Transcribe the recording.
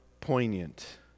poignant